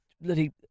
bloody